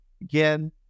Again